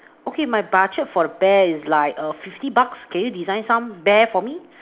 okay my budget for the bear is like err fifty bucks can you design some bear for me